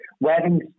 weddings